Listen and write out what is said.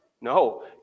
No